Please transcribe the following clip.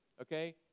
okay